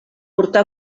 portà